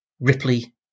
Ripley